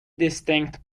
distinct